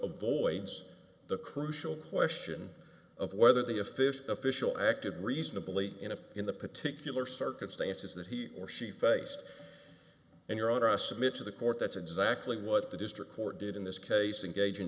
avoids the crucial question of whether the offish official acted reasonably in a in the particular circumstances that he or she faced and your honor i submit to the court that's exactly what the district court did in this case in gauging